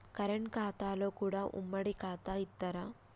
Current ఖాతాలో కూడా ఉమ్మడి ఖాతా ఇత్తరా?